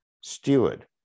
Steward